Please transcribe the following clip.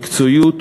מקצועיות,